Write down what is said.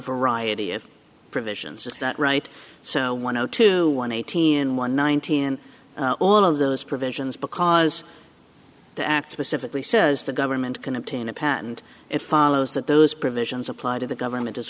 variety of provisions is that right so one zero to one eighteen one nineteen all of those provisions because the act specifically says the government can obtain a patent it follows that those provisions apply to the government as